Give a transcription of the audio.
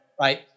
right